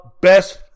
best